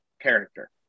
character